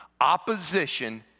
Opposition